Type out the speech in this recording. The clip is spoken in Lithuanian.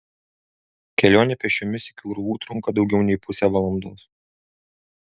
kelionė pėsčiomis iki urvų trunka daugiau nei pusę valandos